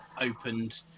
opened